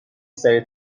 سریع